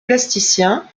plasticien